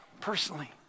personally